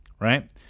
right